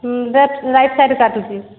left right ସାଇଡ଼୍ରେ କାଟୁଛି